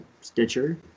Stitcher